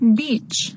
beach